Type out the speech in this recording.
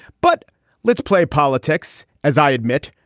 but let's play politics. as i admit,